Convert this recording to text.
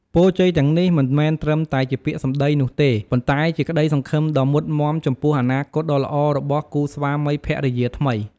ពរជ័យទាំងនេះមិនមែនត្រឹមតែជាពាក្យសំដីនោះទេ ប៉ុន្តែជាក្ដីសង្ឃឹមដ៏មុតមាំចំពោះអនាគតដ៏ល្អរបស់គូស្វាមីភរិយាថ្មី។